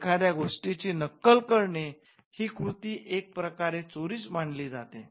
एखाद्या गोष्टीची नक्कल करणे ही कृती एक प्रकारे चोरीच मनाली जाते